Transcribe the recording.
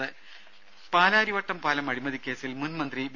ദ്ദേ പാലാരിവട്ടം പാലം അഴിമതിക്കേസിൽ മുൻമന്ത്രി വി